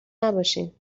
نباشین